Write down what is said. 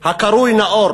הקרוי נאור